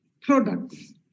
products